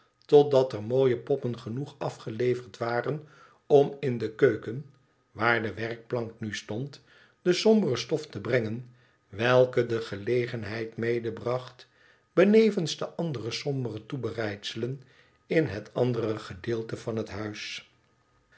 totdat er mooie poppen genoeg afgeleverd waren om in de keuken waar de werkplank nu stond de sombere stofte brengen welke de gelegenheid medebracht benevens de andere sombere toebereidselen in het andere gedeelte van het huis